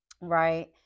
right